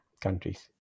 countries